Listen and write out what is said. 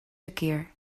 verkeer